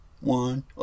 one